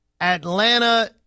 Atlanta